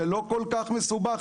זה לא כל כך מסובך.